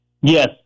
Yes